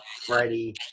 freddie